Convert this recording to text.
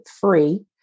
FREE